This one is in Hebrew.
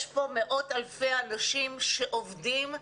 יש פה מאות אלפי אנשים שעובדים,